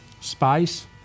spice